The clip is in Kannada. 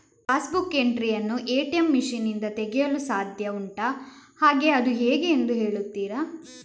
ಪಾಸ್ ಬುಕ್ ಎಂಟ್ರಿ ಯನ್ನು ಎ.ಟಿ.ಎಂ ಮಷೀನ್ ನಿಂದ ತೆಗೆಯಲು ಸಾಧ್ಯ ಉಂಟಾ ಹಾಗೆ ಅದು ಹೇಗೆ ಎಂದು ಹೇಳುತ್ತೀರಾ?